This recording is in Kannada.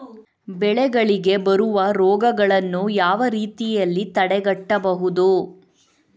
ಬೆಳೆಗಳಿಗೆ ಬರುವ ರೋಗಗಳನ್ನು ಯಾವ ರೀತಿಯಲ್ಲಿ ತಡೆಗಟ್ಟಬಹುದು?